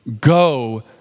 go